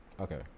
Okay